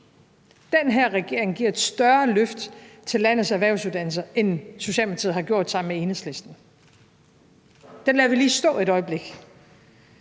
Den her regering giver et større løft til landets erhvervsuddannelser, end Socialdemokratiet har gjort sammen med Enhedslisten. Den lader vi lige stå et øjeblik,